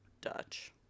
Dutch